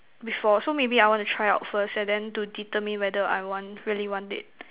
before so maybe I want to try out first and then to determine whether I want really want it